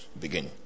begin